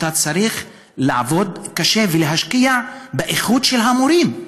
אתה צריך לעבוד קשה ולהשקיע באיכות של המורים,